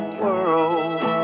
world